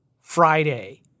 Friday